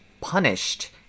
punished